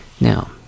Now